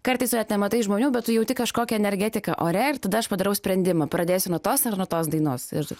kartais tu net nematai žmonių bet tu jauti kažkokią energetiką ore ir tada aš padarau sprendimą pradėsiu nuo tos ar nuo tos dainos ir